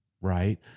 right